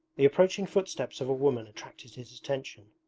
the approaching footsteps of a woman attracted his attention.